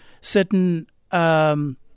certain